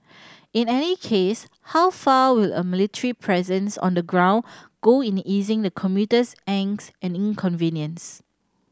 in any case how far will a military presence on the ground go in easing the commuter's angst and inconvenience